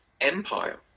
empire